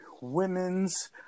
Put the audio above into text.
women's